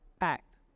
act